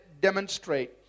demonstrate